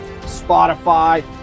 Spotify